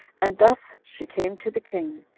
and thus she came to the king,